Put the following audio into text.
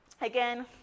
again